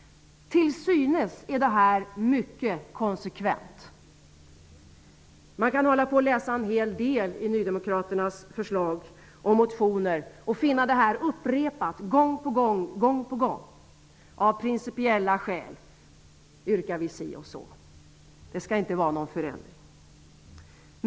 Till synes är det här mycket konsekvent genomfört. Man kan i en hel del av Nydemokraternas förslag och motioner finna att de gång på gång upprepar att de av principiella skäl har yrkanden som innebär att någon förändring inte skall ske.